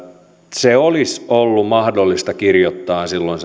se olisi ollut mahdollista kirjoittaa silloin